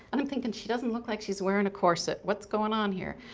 and i'm thinking she doesn't look like she's wearing a corset, what's going on here?